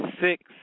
six